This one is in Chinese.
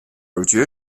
耳蕨